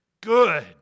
good